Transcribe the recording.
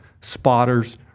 spotters